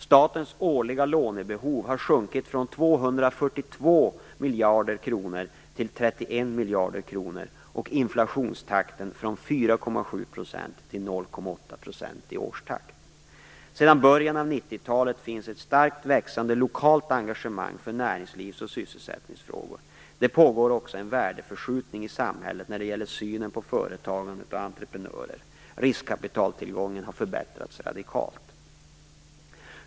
Statens årliga lånebehov har sjunkit från 242 miljarder kronor till 31 miljarder kronor och inflationstakten från 4,7 % till 0,8 % i årstakt. Sedan början av 1990-talet finns ett starkt växande lokalt engagemang för näringslivs och sysselsättningsfrågor. Det pågår också en värdeförskjutning i samhället när det gäller synen på företagande och entreprenörer. Riskkapitaltillgången har förbättrats radikalt.